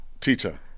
teacher